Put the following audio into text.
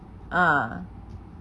uh